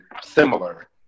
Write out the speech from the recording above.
similar